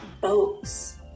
boats